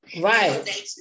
right